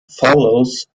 follows